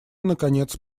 наконец